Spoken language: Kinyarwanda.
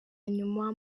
nyuma